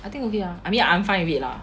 I think ah I mean I'm fine with it lah